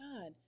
God